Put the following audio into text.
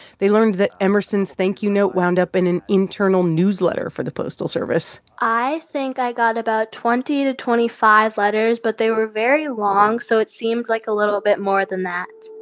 they learned that emerson's thank-you note wound up in an internal newsletter for the postal service i think i got about twenty to twenty five letters, but they were very long, so it seemed like a little bit more than that